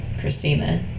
Christina